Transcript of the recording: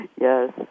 Yes